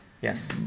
yes